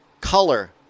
color